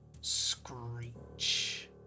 screech